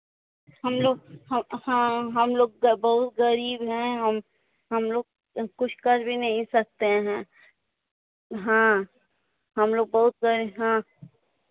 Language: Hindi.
हम लोग हम हाँ हम लोग गा बहुत गरीब हैं हम हम लोग कुछ कर भी नहीं सकते हैं हाँ हम लोग बहुत गए हाँ